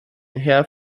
herr